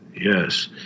Yes